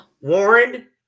Warren